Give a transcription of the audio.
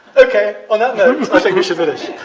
okay. on that note, i think we should finish.